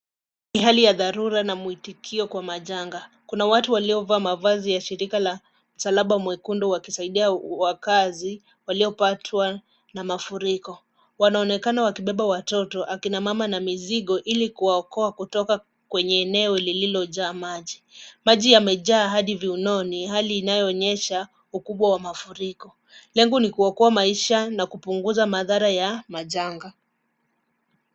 Ni hali ya dharura na mwitikio kwa majanga. Kuna watu waliovaa mavazi ya shirika la Msalaba Mwekundu wakisaidia wakazi waliopatwa na mafuriko. Wanaonekana wakibeba watoto, akina mama na mizigo ili kuwaokoa kutoka kwenye eneo lililojaa maji. Maji yamejaa hadi viunoni, hali inayoonyesha ukubwa wa mafuriko. Lengo ni kuokoa maisha na kupunguza madhara ya majanga.